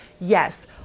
Yes